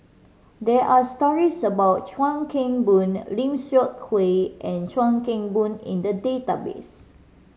there are stories about Chuan Keng Boon Lim Seok Hui and Chuan Keng Boon in the database